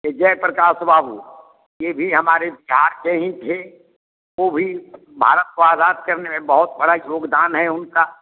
विजय प्रकाश बाबू यह भी हमारे बिहार के ही थे वह भी भारत को आज़ाद करने में बहुत बड़ा योगदान है उनका